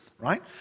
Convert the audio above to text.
Right